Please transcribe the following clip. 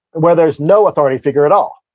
where there's no authority figure at all.